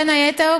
בין היתר,